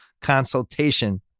consultation